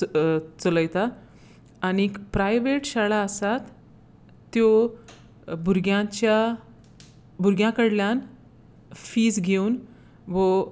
चलयता आनीक प्रायवेट शाळा आसात त्यो भुरग्यांच्या भुरग्यां कडल्यान फीज घेवून वो